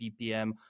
BPM